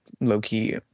low-key